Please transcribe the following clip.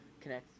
connect